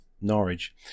Norwich